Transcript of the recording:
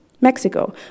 Mexico